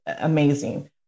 amazing